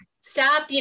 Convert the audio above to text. stop